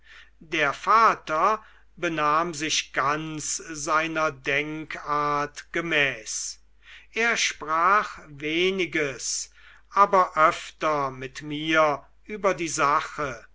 der vater benahm sich ganz seiner denkart gemäß er sprach weniges aber öfter mit mir über die sache